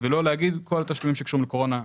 ולא לומר: כל התשלומים שקשורים לקורונה עצרנו.